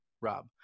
Rob